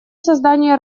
создания